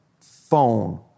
phone